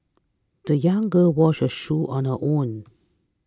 the young girl washed her shoes on her own